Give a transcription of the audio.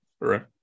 right